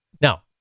Now